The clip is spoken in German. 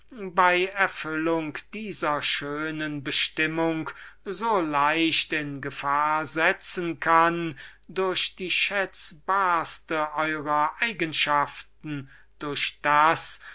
in erfüllung dieser schönen bestimmung so leicht in gefahr setzen kann durch die schätzbarste eurer eigenschaften durch das